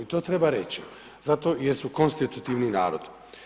To treba reći, zato jer su konstitutivni narod.